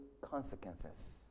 consequences